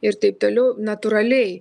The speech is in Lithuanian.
ir taip toliau natūraliai